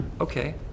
Okay